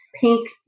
pink